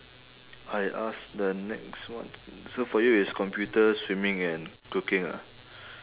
I ask the next one so for you is computer swimming and cooking ah